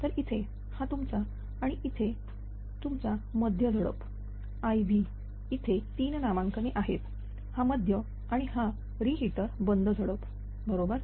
तर इथे हा तुमचा आणि आणि इथे तुमचा मध्य झडप IV इथे तीन नामांकने आहेत हा मध्य आणि हा रि हिटर बंद झडप बरोबर